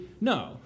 No